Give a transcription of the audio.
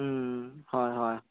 হয় হয়